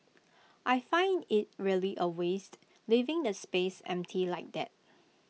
I find IT really A waste leaving the space empty like that